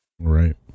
right